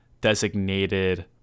designated